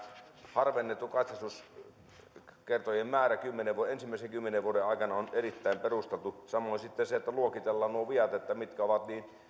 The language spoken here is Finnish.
harvennettu katsastuskertojen määrä ensimmäisen kymmenen vuoden aikana on erittäin perusteltu samoin sitten se että luokitellaan nuo viat niin että mitkä ovat niin